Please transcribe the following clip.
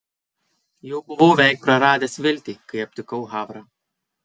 jau buvau veik praradęs viltį kai aptikau havrą